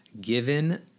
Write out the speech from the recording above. given